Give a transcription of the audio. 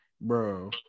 bro